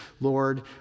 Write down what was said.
Lord